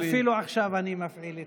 אפילו עכשיו אני מפעיל את,